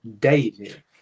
David